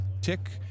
tick